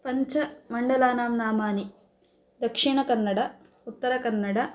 पञ्चमण्डलानां नामानि दक्षिणकन्नडा उत्तरकन्नडा